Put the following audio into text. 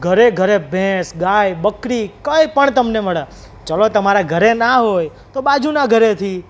ઘરે ઘરે ભેંસ ગાય બકરી કંઈપણ તમને મળે ચાલો તમારા ઘરે ના હોય તો બાજુનાં ઘરેથી